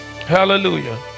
hallelujah